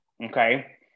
Okay